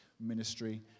ministry